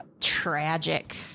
tragic